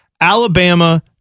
Alabama